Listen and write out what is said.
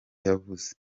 yavuze